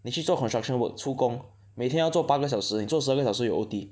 eh 你去做 construction work 粗工每天要做八个小时你做十二个小时有 O_T